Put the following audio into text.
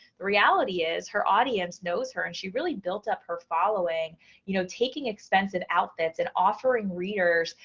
the reality is her audience knows her and she really built up her following you know taking expensive outfits and offering readers.